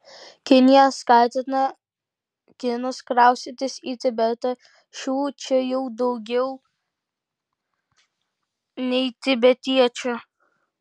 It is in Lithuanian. kinija skatina kinus kraustytis į tibetą šių čia jau daugiau nei tibetiečių